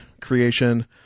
creation